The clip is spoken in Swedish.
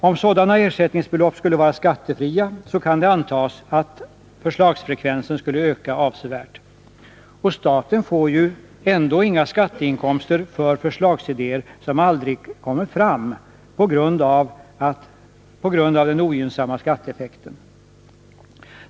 Om sådana ersättningsbelopp skulle vara skattefria, kan det antas att förslagsfrekvensen skulle öka avsevärt. Och staten får ju ändå inga skatteinkomster för förslagsidéer som aldrig kommer fram på grund av den ogynnsamma skatteeffekten.